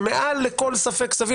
זה מעל לכל ספק סביר